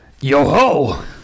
Yo-ho